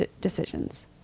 decisions